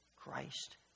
Christ